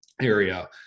area